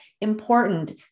important